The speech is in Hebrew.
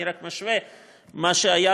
אני רק משווה מה שהיה,